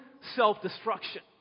self-destruction